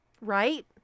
Right